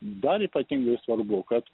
dar ypatingai svarbu kad